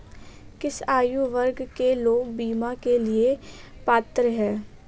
किस आयु वर्ग के लोग बीमा के लिए पात्र हैं?